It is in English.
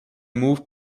moved